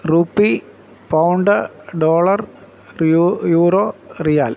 rupee pound dollar യു euro റിയാൽ